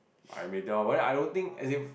I may tell but then I don't think as in